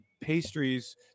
pastries